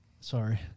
sorry